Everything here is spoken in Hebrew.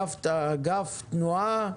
אגף תנועה,